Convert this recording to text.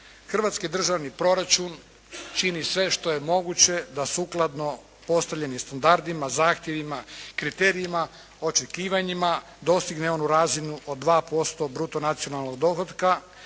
Hrvatski državni proračun čini sve što je moguće da sukladno postavljenim standardima, zahtjevima, kriterijima, očekivanjima dostigne onu razinu od 2% bruto nacionalnog dohotka,